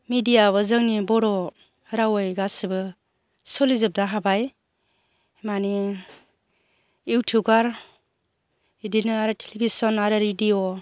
मिडियाबो जोंनि बर' रावै गासिबो सोलिजोबनो हाबाय मानि इउटुबार इदिनो आरे टेलिभिसन आरो रेडिअ